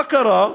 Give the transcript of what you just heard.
ומה קרה?